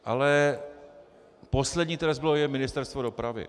Ale poslední, které zbylo je Ministerstvo dopravy.